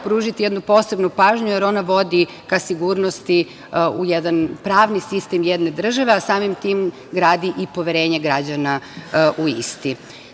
pružiti jednu posebnu pažnju, jer ona vodi ka sigurnosti u jedan pravni sistem jedne države, a samim tim gradi i poverenje građana u isti. Sve